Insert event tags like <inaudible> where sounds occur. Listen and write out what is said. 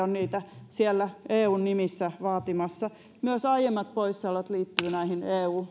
<unintelligible> on niitä siellä eun nimissä vaatimassa myös aiemmat poissaolot liittyvät näihin eu